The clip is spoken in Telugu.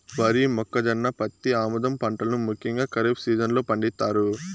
వరి, మొక్కజొన్న, పత్తి, ఆముదం పంటలను ముఖ్యంగా ఖరీఫ్ సీజన్ లో పండిత్తారు